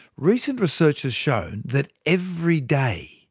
recent research has shown that every day,